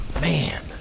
man